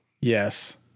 Yes